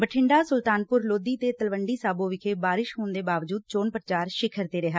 ਬਠਿੰਡਾ ਸੁਲਤਾਨਪੁਰ ਲੋਧੀ ਤੇ ਤਲਵੰਡੀ ਸਾਬੋ ਵਿਖੇ ਵਰਖਾ ਹੋਣ ਦੇ ਬਾਵਜੂਦ ਚੋਣ ਪ੍ਰਚਾਰ ਸ਼ਿਖਰ ਤੇ ਰਿਹਾ